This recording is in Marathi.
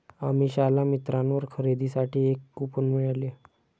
अमिषाला मिंत्रावर खरेदीसाठी एक कूपन मिळाले